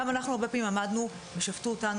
גם אנחנו הרבה פעמים עמדנו ושפטו אותנו